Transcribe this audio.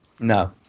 No